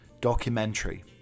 documentary